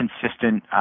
consistent